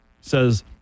says